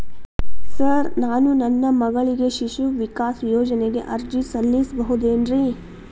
Sir ನಾನು ನನ್ನ ಮಗಳಿಗೆ ಶಿಶು ವಿಕಾಸ್ ಯೋಜನೆಗೆ ಅರ್ಜಿ ಸಲ್ಲಿಸಬಹುದೇನ್ರಿ?